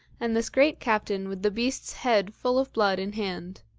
and this great captain with the beast's head full of blood in hand.